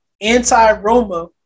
anti-Roma